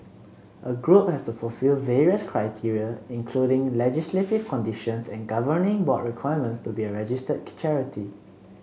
a group has to fulfil various criteria including legislative conditions and governing board requirements to be a registered charity